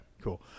cool